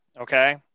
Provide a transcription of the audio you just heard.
Okay